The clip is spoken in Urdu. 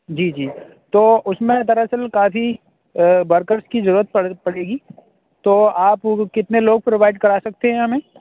جی جی تو اُس میں دراصل کافی برکرس کی ضرورت پر پڑے گی تو آپ کتنے لوگ پرووائڈ کرا سکتے ہیں ہمیں